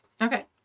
Okay